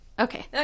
Okay